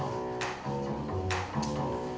oh oh oh